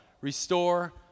restore